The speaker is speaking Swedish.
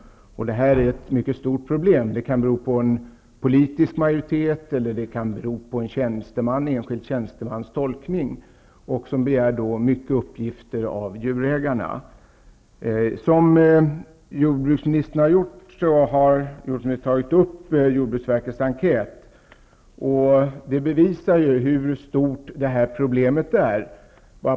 Det är ett stort problem. Det kan bero på en politisk majoritet, eller det kan bero på en enskild tjänstemans tolkning och därmed begär han mycket av djurägarna. Jordbruksministern har bl.a. nämnt jordbruksverkets enkät. Den bevisar hur stort problemet är.